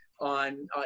on